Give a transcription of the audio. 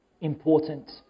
important